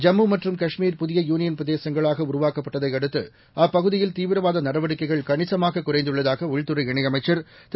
ஜம்மு மற்றும் காஷ்மீர் புதிய யூனியன் பிரதேசங்கள் உருவாக்கப்பட்டதை அடுத்து அப்பகுதியில் தீவிரவாத நடவடிக்கைகள் கணிசமாக குறைந்துள்ளதாக உள்துறை இணையமைச்சர் திரு